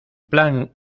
plan